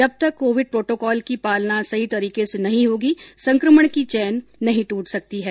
जब तक covid protocol की पालना सही तरीके से नहीं होगी संक्रमण की चौन नहीं ट्रट सकती है